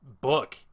book